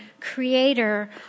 creator